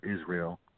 Israel